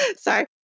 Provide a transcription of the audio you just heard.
Sorry